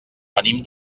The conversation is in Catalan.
venim